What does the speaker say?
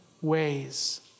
ways